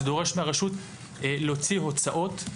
זה דורש מהרשות להוציא הוצאות,